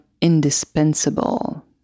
indispensable